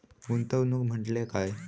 गुंतवणूक म्हटल्या काय?